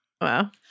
Wow